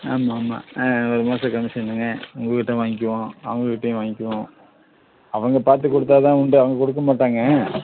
ஆமாம் ஆமாம் ஆ ஒரு மாசம் கமிஷனுங்க உங்கக்கிட்ட வாங்க்குவோம் அவங்கக்கிட்டையும் வாங்க்குவோம் அவங்க பார்த்துக் கொடுத்தா தான் உண்டு அவங்க கொடுக்க மாட்டாங்கள்